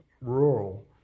rural